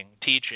teaching